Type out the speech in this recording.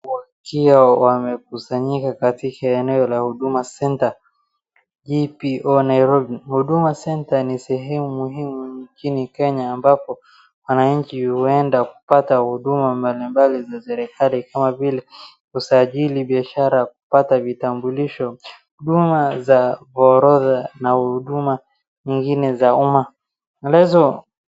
Wakiwa wamekusanyika katika eneo la Huduma Centre, mji wa Nairobi, Huduma Centre ni sehemu muhimu nchini ambapo wananchi huenda kupata huduma mbalimbali za serikali kama vile kusajili biashara, kupata vitambulisho, huduma za orodha na huduma nyingine za uma ambazo.